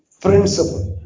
principle